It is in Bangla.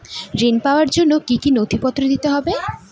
ঋণ পাবার জন্য কি কী নথিপত্র দিতে হবে?